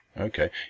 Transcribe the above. Okay